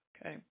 Okay